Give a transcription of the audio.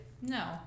No